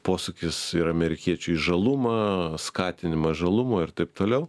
posūkis ir amerikiečių į žalumą skatinimas žalumo ir taip toliau